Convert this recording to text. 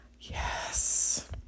yes